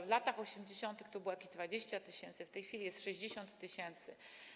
W latach 80. to było jakieś 20 tys., w tej chwili jest 60 tys.